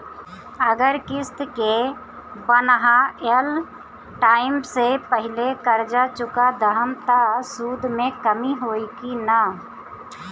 अगर किश्त के बनहाएल टाइम से पहिले कर्जा चुका दहम त सूद मे कमी होई की ना?